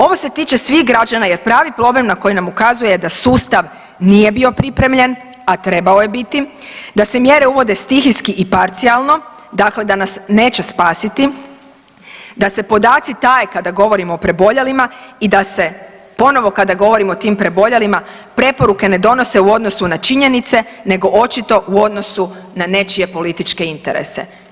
Ovo se tiče svih građana jer pravi problem na koji nam ukazuje je da sustav nije bio pripremljen, a trebao je biti, da se mjere uvode stihijski i parcijalno dakle da nas neće spasiti, da se podaci taje kada govorimo o preboljelima i da se ponovo kada govorimo o tim preboljelima preporuke ne donose u odnosu na činjenice nego očito u odnosu na nečije političke interese.